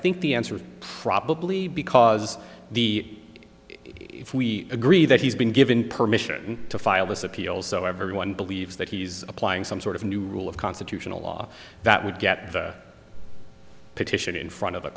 think the answer is probably because the if we agree that he's been given permission to file this appeal so everyone believes that he's applying some sort of new rule of constitutional law that would get the petition in front of the